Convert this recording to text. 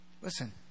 Listen